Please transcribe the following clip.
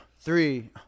three